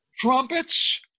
Trumpets